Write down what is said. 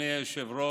אדוני היושב-ראש,